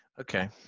okay